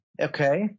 okay